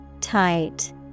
tight